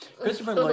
Christopher